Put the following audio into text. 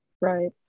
Right